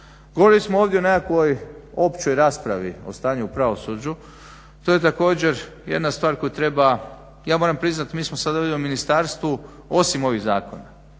Govorili smo ovdje o nekakvoj općoj raspravi, o stanju u pravosuđu, to je također jedna stvar koju treba, ja moram priznati mi smo sad ovdje u ministarstvu osim ovih zakona,